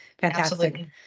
Fantastic